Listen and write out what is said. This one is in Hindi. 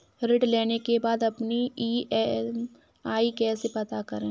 ऋण लेने के बाद अपनी ई.एम.आई कैसे पता करें?